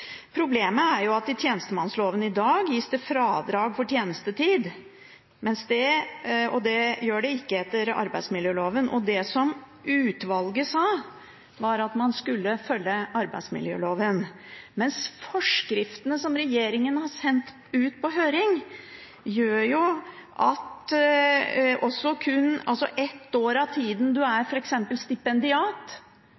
Problemet er at det i tjenestemannsloven i dag gis fradrag for tjenestetid, mens det gjør det ikke etter arbeidsmiljøloven. Det utvalget sa, var at man skulle følge arbeidsmiljøloven, mens forskriftene som regjeringen har sendt ut på høring, gjør at kun ett år av tiden man f.eks. er